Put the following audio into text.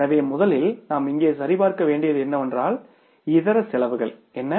எனவே முதலில் நாம் இங்கே சரிபார்க்க வேண்டியது என்னவென்றால் இதர செலவுகள் என்ன